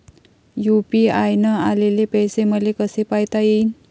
UPI न आलेले पैसे मले कसे पायता येईन?